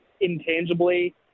intangibly –